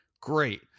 Great